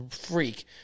freak